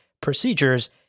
procedures